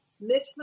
Mitch